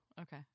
Okay